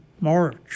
March